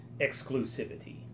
exclusivity